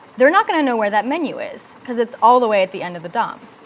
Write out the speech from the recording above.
they're not going to know where that menu is, because it's all the way at the end of the dom.